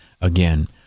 again